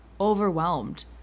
overwhelmed